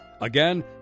Again